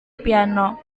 piano